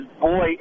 boy